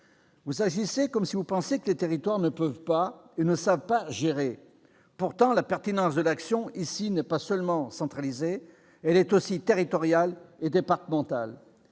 vous agissez comme si vous pensiez que les territoires ne pouvaient pas et ne savaient pas gérer. Pourtant, dans ce domaine, la pertinence de l'action n'est pas seulement centralisée, elle est aussi territoriale et départementale.